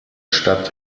stadt